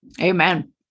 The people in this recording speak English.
Amen